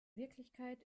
wirklichkeit